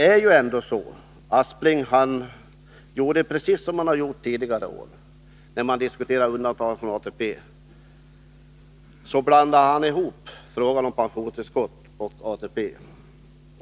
Sven Aspling gör precis det som han gjorde tidigare år när vi diskuterade undantag från ATP — han blandar ihop frågan om pensionstillskott och ATP.